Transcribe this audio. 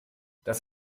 dass